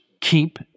keep